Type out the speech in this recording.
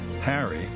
Harry